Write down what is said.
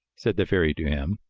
said the fairy to him.